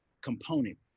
component